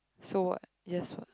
so what just what